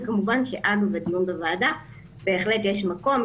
וכמובן שעד הדיון בוועדה בהחלט יש מקום,